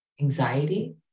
Anxiety